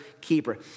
keeper